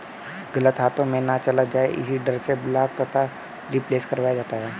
गलत हाथों में ना चला जाए इसी डर से ब्लॉक तथा रिप्लेस करवाया जाता है